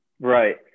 right